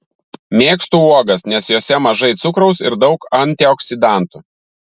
mėgstu uogas nes jose mažai cukraus ir daug antioksidantų